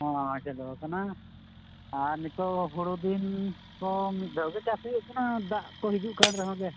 ᱦᱮᱸ ᱟᱪᱪᱷᱟ ᱫᱚᱦᱚ ᱠᱟᱱᱟ ᱟᱨ ᱱᱤᱛᱚᱜ ᱦᱳᱲᱳ ᱫᱤᱱ ᱛᱚ ᱢᱤᱫ ᱫᱷᱟᱣ ᱜᱮ ᱪᱟᱥ ᱦᱩᱭᱩᱜ ᱠᱟᱱᱟ ᱫᱟᱜ ᱠᱚ ᱦᱤᱡᱩᱜ ᱠᱟᱱ ᱨᱮᱦᱚᱸ ᱜᱮ